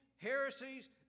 heresies